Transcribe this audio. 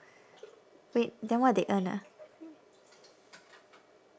wait then what they earn ah